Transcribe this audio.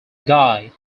guy